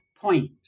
point